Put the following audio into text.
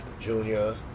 Junior